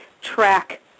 track